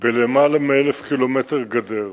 בלמעלה מ-1,000 ק"מ גדר.